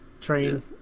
train